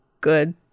good